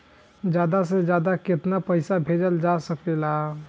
ज्यादा से ज्यादा केताना पैसा भेजल जा सकल जाला?